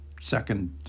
second